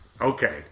Okay